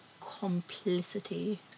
complicity